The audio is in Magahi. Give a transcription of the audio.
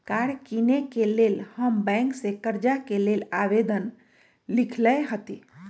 कार किनेके लेल हम बैंक से कर्जा के लेल आवेदन लिखलेए हती